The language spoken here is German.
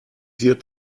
wird